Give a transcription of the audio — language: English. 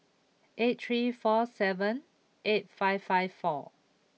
eight three four seven eight five five four